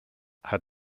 had